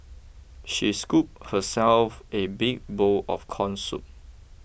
she scooped herself a big bowl of Corn Soup